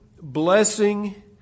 blessing